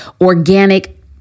organic